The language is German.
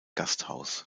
gasthaus